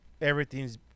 everything's